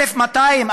יש 1,200,